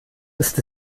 ist